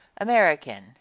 american